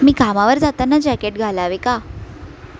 मी कामावर जाताना जॅकेट घालावे का